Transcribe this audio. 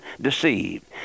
deceived